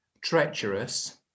treacherous